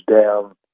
down